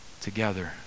together